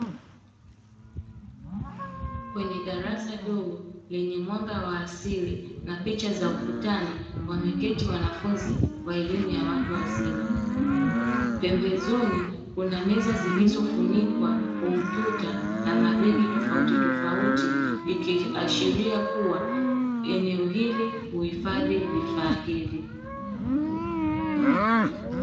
Kwenye darasa dogo lenye mwanga wa asili na picha za ukutani, wameketi wanafunzi wa elimu ya watu wazima. Pembezoni kuna meza zilizofunikwa, kompyuta na mabegi tofauti tofauti, ikiashiria kuwa eneo hili huhifadhi vifaa hivi.